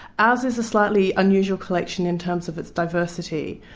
ours is a slightly unusual collection in terms of its diversity.